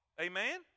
Amen